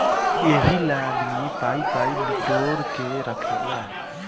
एहिला आदमी पाइ पाइ बिटोर के रखेला